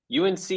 UNC